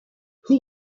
who